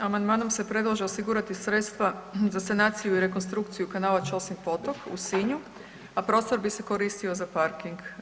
Amandmanom se predlaže osigurati sredstva za sanaciju i rekonstrukciju kanala Ćosin potok u Sinju, a prostor bi se koristio za parking.